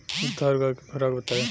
दुधारू गाय के खुराक बताई?